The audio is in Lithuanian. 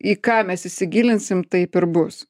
į ką mes įsigilinsim taip ir bus